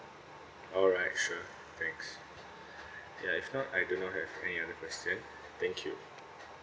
alright sure thanks yeah if not I do not have any other question thank you